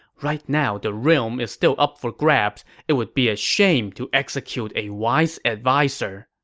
right now, the realm is still up for grabs. it would be a shame to execute a wise adviser.